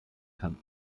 kann